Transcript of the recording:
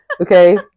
okay